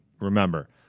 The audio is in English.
Remember